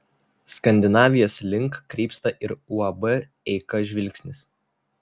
skandinavijos link krypsta ir uab eika žvilgsnis